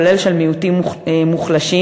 כולל של מיעוטים מוחלשים.